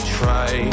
try